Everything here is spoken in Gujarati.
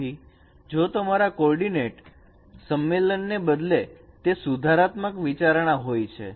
તેથી જો તમારા કોઓર્ડીનેટ સંમેલન ને બદલે તે સુધારાત્મક વિચારણા હોય છે